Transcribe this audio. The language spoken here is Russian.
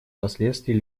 последствий